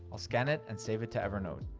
i'll scan it and save it to evernote.